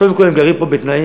קודם כול, הם גרים פה בתנאים,